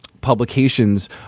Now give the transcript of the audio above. publications